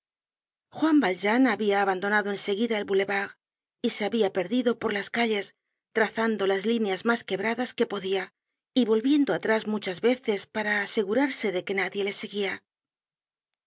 juan valjean habia abandonado en seguida el boulevard y se habia perdido por las calles trazando las líneas mas quebradas que podia y volviendo atrás muchas veces para asegurarse de qoc nadie le seguia